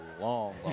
long